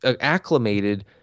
acclimated